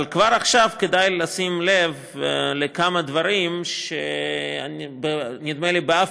אבל כבר עכשיו כדאי לשים לב לכמה דברים שנדמה לי שבאף